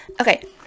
Okay